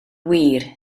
wir